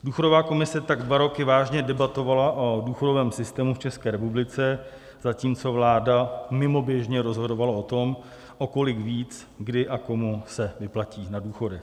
Důchodová komise tak dva roky vážně debatovala o důchodovém systému v České republice, zatímco vláda mimoběžně rozhodovala o tom, o kolik víc kdy a komu se vyplatí na důchodech.